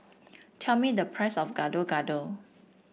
tell me the price of Gado Gado